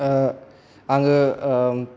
आङो